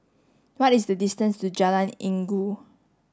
what is the distance to Jalan Inggu